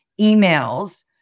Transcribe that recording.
emails